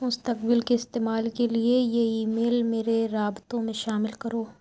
مستقبل کے استعمال کے لیے یہ ای میل میرے رابطوں میں شامل کرو